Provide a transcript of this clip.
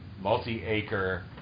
multi-acre